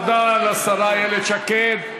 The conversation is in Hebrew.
תודה לשרה איילת שקד.